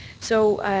so